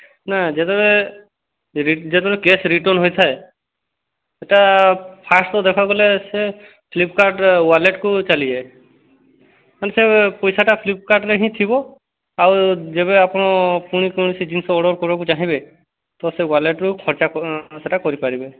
ନା ଯେତେବେଳେ ଯେତେବେଳେ କ୍ୟାଶ୍ ରିଟର୍ନ ହୋଇଥାଏ ସେଇଟା ଫାର୍ଷ୍ଟ ତ ଦେଖିବାକୁ ଗଲେ ସେ ଫ୍ଲିପକାର୍ଟର ୱାଲେଟକୁ ଚାଲିଯାଏ ମାନେ ସେ ପଇସାଟା ଫ୍ଲିପକାର୍ଟରେ ହିଁ ଥିବ ଆଉ ଯେବେ ଆପଣ ପୁଣି କୌଣସି ଜିନିଷ ଅର୍ଡର୍ କରିବାକୁ ଚାହିଁବେ ତ ସେ ୱାଲେଟରୁ ଖର୍ଚ୍ଚ ସେଟା କରିପାରିବେ